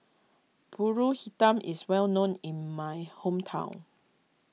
Pulut Hitam is well known in my hometown